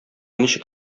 ничек